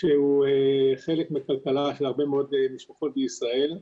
שהוא חלק מכלכלה של הרבה מאוד משפחות בישראל,